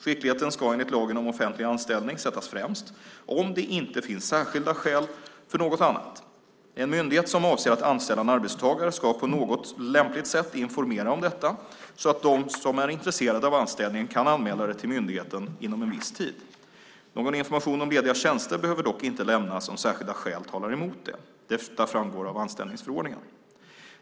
Skickligheten ska, enligt lagen om offentlig anställning, sättas främst, om det inte finns särskilda skäl för något annat. En myndighet som avser att anställa en arbetstagare ska på något lämpligt sätt informera om detta så att de som är intresserade av anställningen kan anmäla det till myndigheten inom en viss tid. Någon information om lediga tjänster behöver dock inte lämnas om särskilda skäl talar emot det. Detta framgår av anställningsförordningen.